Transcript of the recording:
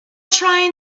trying